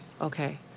Okay